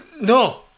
No